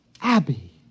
Abby